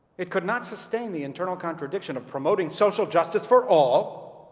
it could not sustain the internal contradiction of promoting social justice for all,